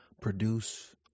produce